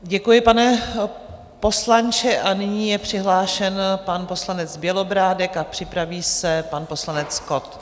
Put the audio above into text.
Děkuji, pane poslanče, a nyní je přihlášen pan poslanec Bělobrádek a připraví se pan poslanec Kott.